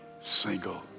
single